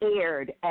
aired